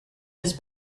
his